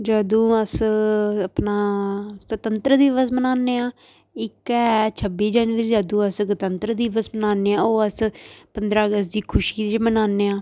जदूं अस अपना स्वंत्रत दिवस मनाने आं इक ऐ छब्बी जनबरी अदूं अस गणतंत्र दिवस मनाने आं ओह् अस पंदरां अगस्त दी ख़ुशी च मनाने आं